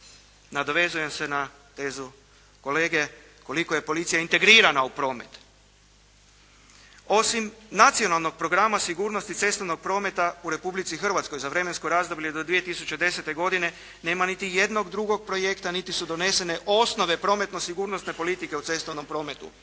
Nadovezujem se na tezu kolege koliko je policija integrirana u promet. Osim Nacionalnog programa sigurnosti cestovnog prometa u Republici Hrvatskoj za vremensko razdoblje do 2010. godine nema niti jednog drugog projekta, niti su donesene osnove prometno-sigurnosne politike u cestovnom prometu.